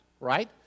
right